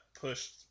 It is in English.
pushed